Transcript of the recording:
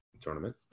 tournament